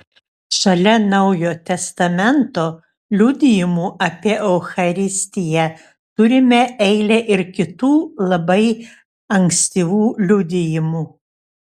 šalia naujo testamento liudijimų apie eucharistiją turime eilę ir kitų labai ankstyvų liudijimų